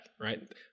right